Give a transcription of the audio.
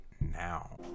now